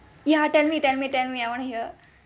ya tell me tell me tell me I wanna hear